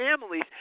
families